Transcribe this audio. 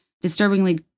Disturbingly